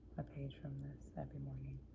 a page from this every morning.